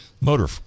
motor